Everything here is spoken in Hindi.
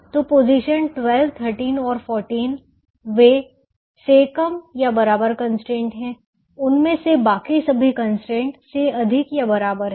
तो पोजीशन 12 13 और 14 वे से कम या बराबर कंस्ट्रेंट हैं उनमें से बाकी सभी कंस्ट्रेंट constraints से अधिक या बराबर हैं